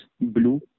blue